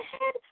ahead